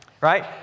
Right